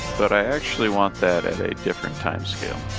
but i actually want that at a different time scale